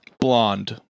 blonde